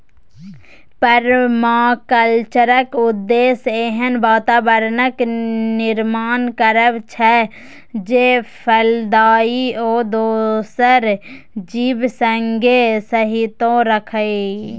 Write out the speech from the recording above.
परमाकल्चरक उद्देश्य एहन बाताबरणक निर्माण करब छै जे फलदायी आ दोसर जीब संगे सहिष्णुता राखय